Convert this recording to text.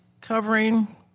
covering